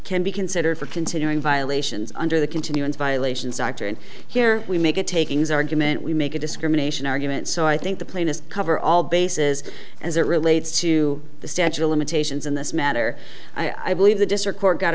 can be considered for continuing violations under the continuance violations actor and here we make a takings argument we make a discrimination argument so i think the plainest cover all bases as it relates to the statute of limitations in this matter i believe the district court got